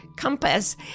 compass